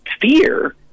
fear